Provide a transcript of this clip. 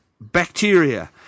bacteria